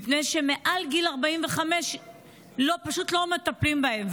מפני שמעל גיל 45 פשוט לא מטפלים בהן.